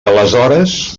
aleshores